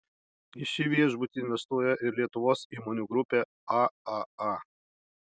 į šį viešbutį investuoja ir lietuvos įmonių grupė aaa